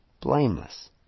blameless